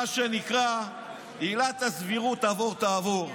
מה שנקרא, עילת הסבירות עבור תעבור.